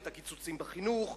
ואת הקיצוצים בחינוך,